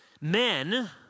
Men